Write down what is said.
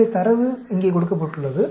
எனவே தரவு இங்கே கொடுக்கப்பட்டுள்ளது